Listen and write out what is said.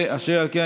אשר על כן,